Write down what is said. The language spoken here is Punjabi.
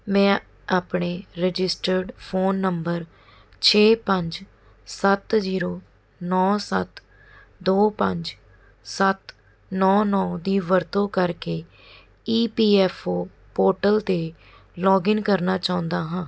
ਮੈਂ ਆਪਣੇ ਰਜਿਸਟਰਡ ਫੋਨ ਨੰਬਰ ਛੇ ਪੰਜ ਸੱਤ ਜੀਰੋ ਨੌਂ ਸੱਤ ਦੋ ਪੰਜ ਸੱਤ ਨੌਂ ਨੌਂ ਦੀ ਵਰਤੋਂ ਕਰਕੇ E P F O portal 'ਤੇ ਲੌਗਿਨ ਕਰਨਾ ਚਾਹੁੰਦਾ ਹਾਂ